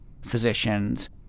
physicians